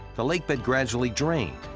the lake bed gradually drained,